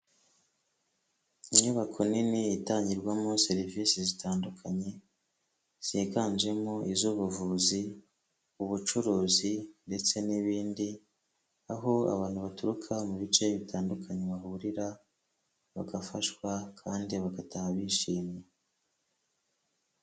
Inyubako nini itangirwamo serivisi zitandukanye ziganjemo iz'ubuvuzi, ubucuruzi ndetse n'ibindi, aho abantu baturuka mu bice bitandukanye bahurira bagafashwa kandi bagataha bishimye.